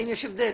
האם יש הבדל?